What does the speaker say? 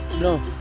No